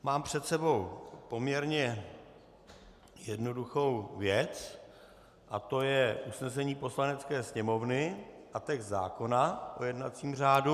Mám před sebou poměrně jednoduchou věc a to je usnesení Poslanecké sněmovny a též zákona o jednacím řádu.